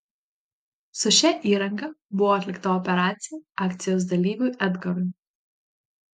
su šia įranga buvo atlikta operacija akcijos dalyviui edgarui